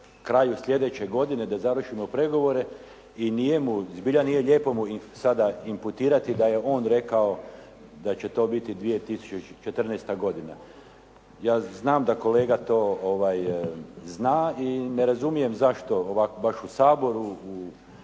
kraju sljedeće godine da završimo pregovore i nije mu, zbilja nije lijepo mu sada imputirati da je on rekao da će to biti 2014. godina. Ja znam da kolega to zna i ne razumijem zašto ovako baš u Saboru